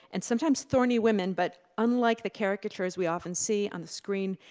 and sometimes thorny women, but unlike the caricatures we often see on the screen,